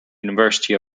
university